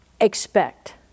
expect